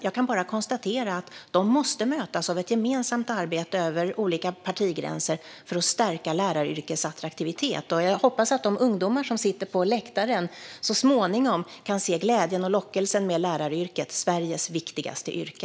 Jag kan bara konstatera att de måste mötas av ett gemensamt arbete över olika partigränser för att stärka läraryrkets attraktivitet. Jag hoppas att de ungdomar som sitter på läktaren här i dag så småningom kan se glädjen i och lockelsen med läraryrket - Sveriges viktigaste yrke.